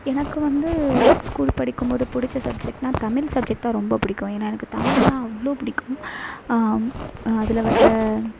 எனக்கு வந்து ஸ்கூல் படிக்கும்போது பிடிச்ச சப்ஜெக்ட்னால் தமிழ் சப்ஜெக்ட் தான் ரொம்ப பிடிக்கும் ஏன்னால் எனக்கு தமிழ்னால் அவ்வளோ பிடிக்கும் அதில் வர்ற